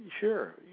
sure